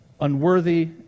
unworthy